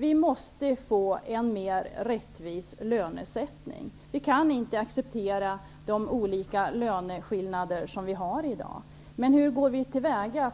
Vi måste få en mer rättvis lönesättning. Vi kan inte acceptera de löneskillnader som finns i dag. Hur skall vi gå till väga